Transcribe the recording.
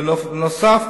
בנוסף,